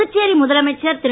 புதுச்சேரி முதலமைச்சர் திரு